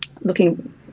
looking